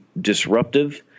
disruptive